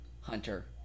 Hunter